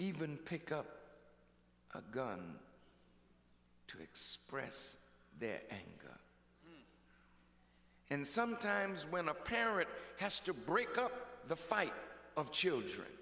even pick up a gun to express their anger and sometimes when a parent has to break up the fight of children